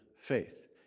faith